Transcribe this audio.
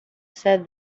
said